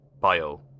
bio